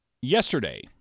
yesterday